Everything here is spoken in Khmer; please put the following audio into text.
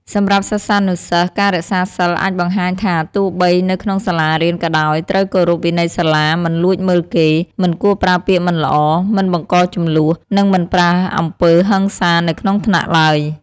សម្រាប់សិស្សានុសិស្ស ការរក្សាសីលអាចបង្ហាញថាទោះបីនៅក្នុងសាលារៀនក៏ដោយត្រូវគោរពវិន័យសាលា មិនលួចមើលគេ មិនគួរប្រើពាក្យមិនល្អ មិនបង្កជម្លោះ និងមិនប្រើអំពើហិង្សានៅក្នុងថ្នាក់ឡើយ។